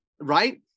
right